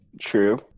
True